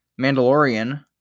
Mandalorian